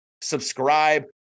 subscribe